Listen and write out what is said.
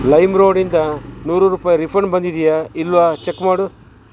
ಲೈಮ್ರೋಡಿಂದ ನೂರು ರೂಪಾಯಿ ರಿಫಂಡ್ ಬಂದಿದೆಯಾ ಇಲ್ಲವಾ ಚೆಕ್ ಮಾಡು